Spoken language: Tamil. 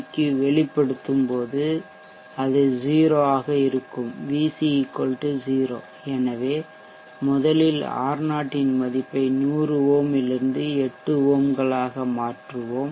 க்கு வெளிப்படுத்தும்போது அது 0 ஆக இருக்கும்VC 0 எனவே முதலில் R0 இன் மதிப்பை 100 ஓம் லிருந்து 8 ஓம்களாக மாற்றுவேன்